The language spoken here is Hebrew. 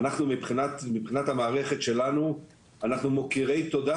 אנחנו מבחינת המערכת שלנו אנחנו מוקירי תודה,